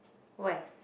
where